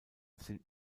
sind